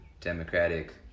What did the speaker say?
democratic